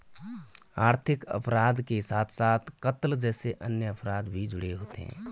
आर्थिक अपराध के साथ साथ कत्ल जैसे अन्य अपराध भी जुड़े होते हैं